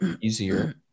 easier